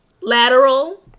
lateral